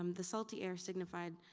um the salty air signified